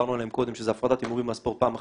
שדיברנו עליהם קודם שזה הפרדת הימורים מהספורט פעם אחת,